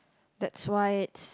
that's why it's